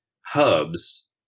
hubs